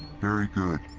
very good.